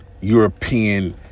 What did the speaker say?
European